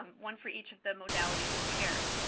one for each of the modalities of care.